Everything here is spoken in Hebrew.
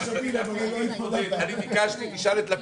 למשרד החקלאות היה תקציב לאחזקת מלאי חירום